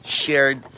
shared